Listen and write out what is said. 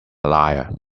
liar